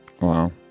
Wow